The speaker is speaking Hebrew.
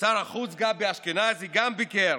שר החוץ גבי אשכנזי גם ביקר.